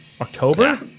October